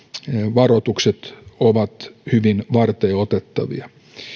varoitukset ovat hyvin varteenotettavia